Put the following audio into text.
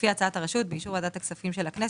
לפי הצעת הרשות ובאישור ועדת הכספים של הכנסת,